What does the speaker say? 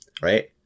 right